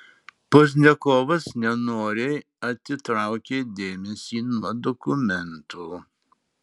pozdniakovas nenoriai atitraukė dėmesį nuo dokumentų